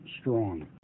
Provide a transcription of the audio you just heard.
strong